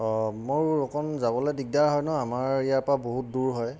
অঁ মোৰ অকমাণ যাবলৈ দিগদাৰ হয় ন আমাৰ ইয়াৰপৰা বহুত দূৰ হয়